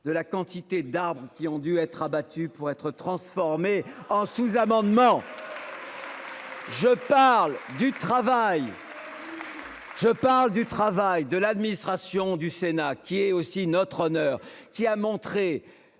de la quantité d'arbres qui ont dû être abattus pour être transformé en sous-amendement. Je parle du travail. Je parle du travail de l'administration du Sénat qui est aussi notre honneur qui a montré